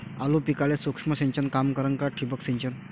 आलू पिकाले सूक्ष्म सिंचन काम करन का ठिबक सिंचन?